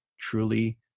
truly